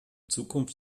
zukunft